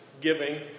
giving